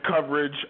coverage